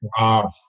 Wow